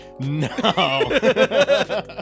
No